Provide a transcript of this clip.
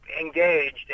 engaged